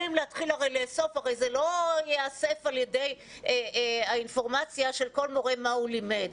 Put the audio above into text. הרי זה לא ייאסף על ידי האינפורמציה של כל מורה מה הוא לימד.